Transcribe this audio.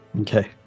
Okay